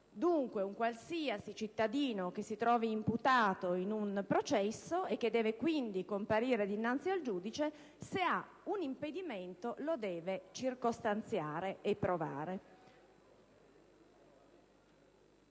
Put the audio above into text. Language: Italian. dunque, un qualsiasi cittadino che si trovi imputato in un processo e che debba comparire dinanzi al giudice, se ha un impedimento lo deve circostanziare ed indicare.